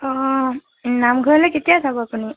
অঁ নামঘৰলৈ কেতিয়া যাব আপুনি